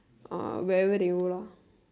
uh wherever they go lor